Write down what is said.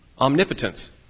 Omnipotence